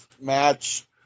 match